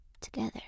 together